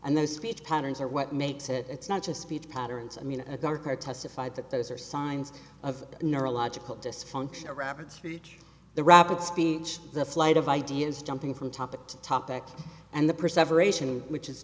and those speech patterns are what makes it it's not just speech patterns i mean a darker testified that those are signs of neurological dysfunction or rapid speech the rapid speech the flight of ideas jumping from topic to topic and the